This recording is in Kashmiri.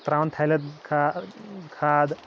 ترٛاوان تھلہِ کھا کھاد